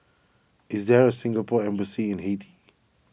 is there a Singapore Embassy in Haiti